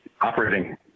operating